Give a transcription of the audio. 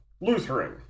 Lutheran